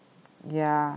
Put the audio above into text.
yeah